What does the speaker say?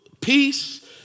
peace